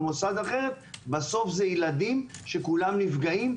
במוסד אחר בסוף זה ילדים שכולם נפגעים,